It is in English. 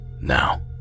Now